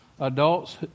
adults